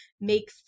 make